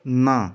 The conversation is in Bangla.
না